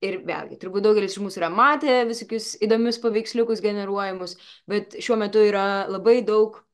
ir vėlgi turbūt daugelis iš mūsų yra matę visokius įdomius paveiksliukus generuojamus bet šiuo metu yra labai daug